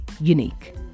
unique